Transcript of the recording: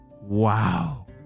Wow